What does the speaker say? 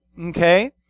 Okay